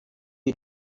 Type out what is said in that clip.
you